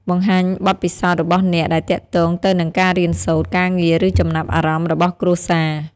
បង្ហាញបទពិសោធន៍របស់អ្នកដែលទាក់ទងទៅនឹងការរៀនសូត្រ ការងារ ឬចំណាប់អារម្មណ៍របស់គ្រួសារ។